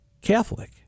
Catholic